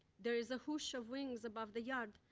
there is a whoosh of wings above the yard,